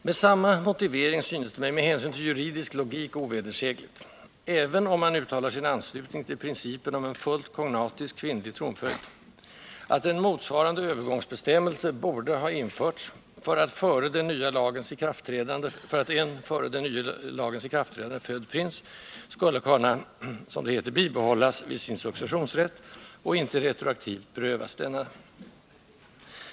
Med samma motivering synes det mig med hänsyn till juridisk logik ovedersägligt — även om man uttalar sin anslutning till principen om en fullt kognatisk kvinnlig tronföljd — att en motsvarande övergångsbestämmelse borde ha införts för att en före den nya lagens ikraftträdande född prins skulle kunna ”bibehållas vid sin successionsrätt” och icke retroaktivt berövas denna.